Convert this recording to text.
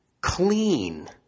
clean